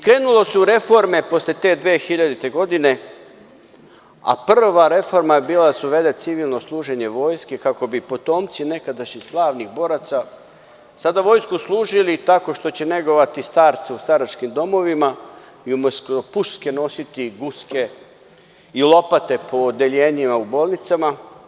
Krenulo se u reforme posle te 2000. godine, a prva reforma je bila da se uvede civilno služenje vojske, kako bi potomci nekadašnjih slavnih boraca sada vojsku služili tako što će negovati starce u staračkim domovima, i umesto puške nositi guske i lopate po odeljenjima u bolnicama.